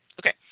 okay